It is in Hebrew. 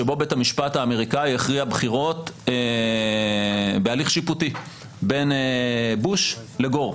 שבו בית המשפט האמריקני הכריע בחירות בהליך שיפוטי בין בוש לגור.